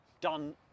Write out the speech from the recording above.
done